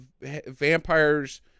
vampires